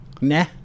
Nah